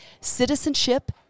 citizenship